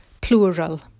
plural